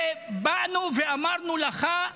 ובאנו ואמרנו לך: